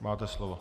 Máte slovo.